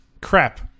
crap